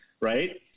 right